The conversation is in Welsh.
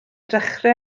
dechrau